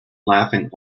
laughing